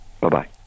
Bye-bye